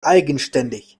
eigenständig